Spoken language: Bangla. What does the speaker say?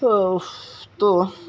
ওফ তো